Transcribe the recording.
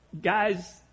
Guys